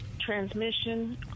transmission